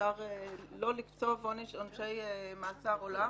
אפשר לא לקצוב עונשי מאסר עולם,